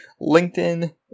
LinkedIn